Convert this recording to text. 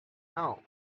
now